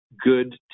good